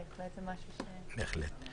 זה בהחלט משהו --- בהחלט.